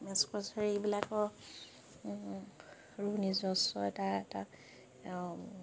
match Kachari এইবিলাকৰ নিজস্ব এটা